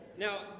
Now